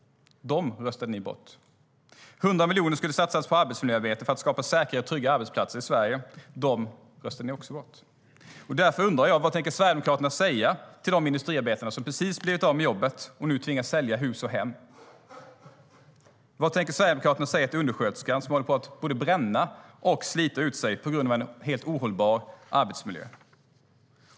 Detta röstade ni bort. 100 miljoner skulle satsas på arbetsmiljöarbete för att skapa säkrare och tryggare arbetsplatser i Sverige. Det röstade ni också bort. Därför undrar jag: Vad tänker Sverigedemokraterna säga till de industriarbetare som precis har blivit av med jobbet och nu tvingas sälja hus och hem? Vad tänker Sverigedemokraterna säga till undersköterskan som håller på att både bränna och slita ut sig på grund av en helt ohållbar arbetsmiljö?